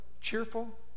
Cheerful